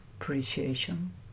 appreciation